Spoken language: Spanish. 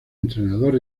entrenador